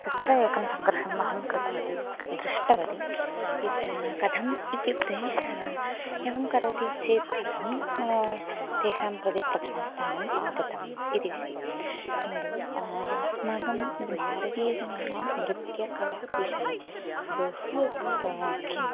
तत्र एकं सङ्गर्षम् अहम् कृतवती क् दृष्टवती इति कथम् इत्युक्ते एवं करोति चेत् कथं तेषां कृते प्रथमस्थानम् आगतम् इति विषये किन्तु अस्माकं यद् भारतीयजनानां नृत्यकलाविषये बहु किं